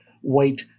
white